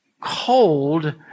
cold